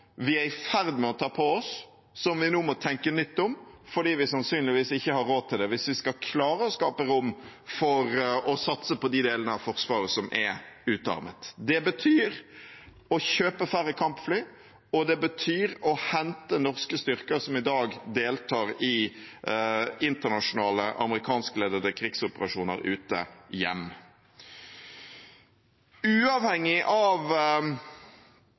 vi er i ferd med å ta på oss, som vi nå må tenke nytt om, fordi vi sannsynligvis ikke har råd til det hvis vi skal klare å skape rom for å satse på de delene av Forsvaret som er utarmet. Det betyr å kjøpe færre kampfly, og det betyr å hente hjem norske styrker som i dag deltar i internasjonale, amerikanskledede krigsoperasjoner ute. Uavhengig av